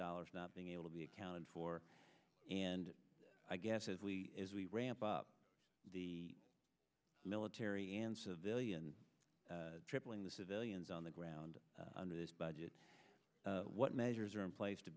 dollars not being able to be accounted for and i guess as we ramp up the military and civilian tripling the civilians on the ground under this budget what measures are in place to